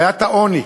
בעיית העוני,